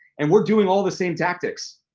and we're doing all the same tactics.